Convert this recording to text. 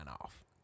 off